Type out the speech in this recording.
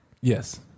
Yes